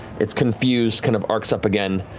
it's confused, kind of arcs up again,